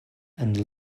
and